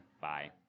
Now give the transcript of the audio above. Bye